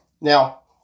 Now